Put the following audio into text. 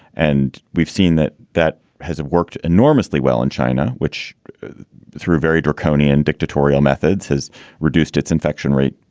and we've seen that that has worked enormously well in china, which through very draconian dictatorial methods has reduced its infection rate,